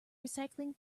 recycling